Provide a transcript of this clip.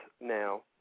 now